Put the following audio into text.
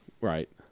Right